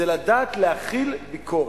זה לדעת להכיל ביקורת,